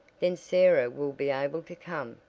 then sarah will be able to come,